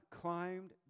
climbed